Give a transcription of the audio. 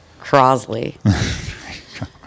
crosley